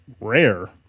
rare